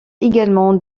également